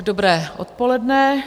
Dobré odpoledne.